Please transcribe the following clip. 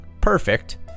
perfect